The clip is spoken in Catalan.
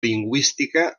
lingüística